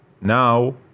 Now